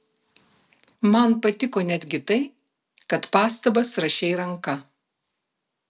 man patiko netgi tai kad pastabas rašei ranka